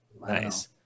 Nice